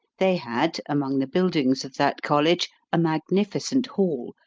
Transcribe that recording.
they had, among the buildings of that college, a magnificent hall,